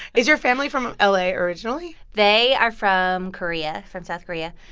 is your family from la originally? they are from korea from south korea.